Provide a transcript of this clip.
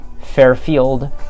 Fairfield